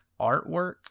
artwork